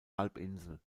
halbinsel